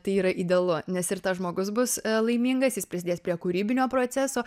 tai yra idealu nes ir tas žmogus bus laimingas jis prisidės prie kūrybinio proceso